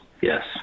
yes